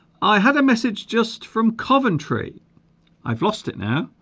i had a message just from coventry i've lost it now